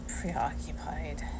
preoccupied